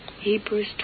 Hebrews